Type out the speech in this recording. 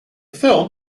film